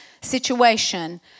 situation